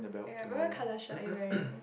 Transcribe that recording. ya what what colour shirt are you wearing